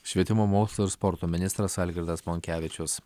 švietimo mokslo ir sporto ministras algirdas monkevičius